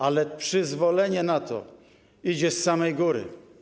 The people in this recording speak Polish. Ale przyzwolenie na to idzie z samej góry.